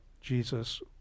jesus